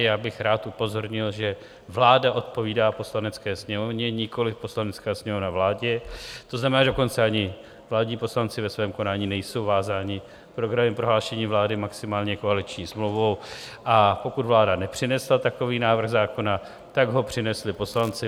Já bych rád upozornil, že vláda odpovídá Poslanecké sněmovně, nikoliv Poslanecká sněmovna vládě, to znamená, že dokonce ani vládní poslanci ve svém konání nejsou vázáni programovým prohlášením vlády, maximálně koaliční smlouvou, a pokud vláda nepřinesla takový návrh zákona, tak ho přinesli poslanci.